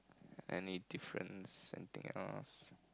any difference something else